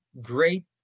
great